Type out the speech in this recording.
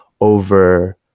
over